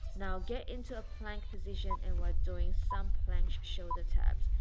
now get into a plank position and we're doing some plank shoulder taps.